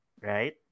right